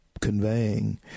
conveying